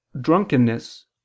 drunkenness